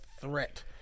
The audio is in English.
threat